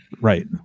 Right